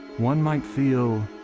one might feel.